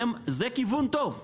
זה כיוון טוב.